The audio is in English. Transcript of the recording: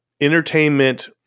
entertainment